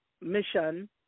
mission